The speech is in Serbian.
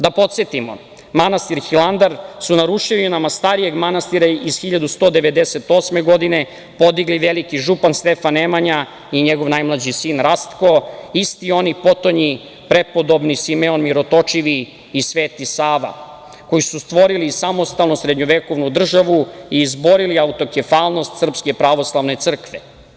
Da podsetimo, manastir Hilandar su na ruševinama starijeg manastira iz 1198. godine, podigli veliki župan Stefan Nemanja i njegov najmlađi sin Rastko, isti oni potonji, prepodobni Simeon Mirotočivi, i Sveti Sava, koji su stvorili samostalnu srednjevekovnu državu i izborili autokefalnost Srpske pravoslavne crkve.